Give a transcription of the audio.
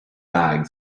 bag